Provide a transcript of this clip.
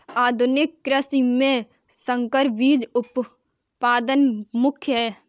आधुनिक कृषि में संकर बीज उत्पादन प्रमुख है